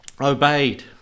obeyed